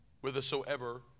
whithersoever